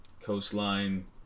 coastline